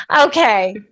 Okay